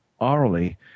orally